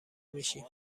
میشی